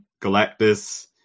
Galactus